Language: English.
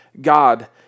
God